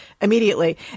immediately